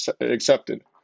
accepted